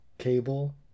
cable